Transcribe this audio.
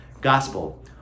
gospel